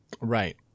Right